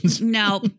No